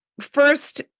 first